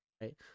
right